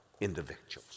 individuals